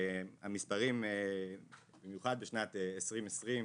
המספרים, במיוחד בשנת 2020,